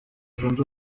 zunze